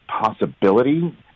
possibility